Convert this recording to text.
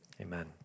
amen